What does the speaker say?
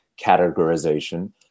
categorization